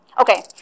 Okay